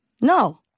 No